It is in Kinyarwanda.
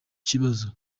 kibazo